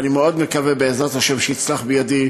ואני מאוד מקווה שיצלח בידי,